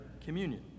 communion